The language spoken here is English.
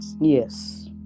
Yes